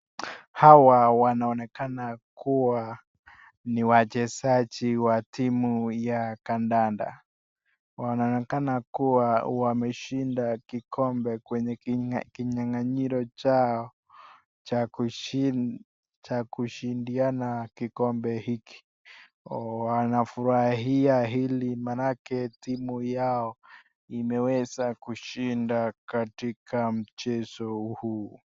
Hawa wanaonekana kuwa ni wachezaji wa timu ya kandanda. Wanaonekana kuwa wameshinda kikombe kwenye kinyang'anyiro cha kushindiana kikombe hiki. Wanafurahia hili maanake timu yao imeweza kushinda kushinda katika mchezo huu.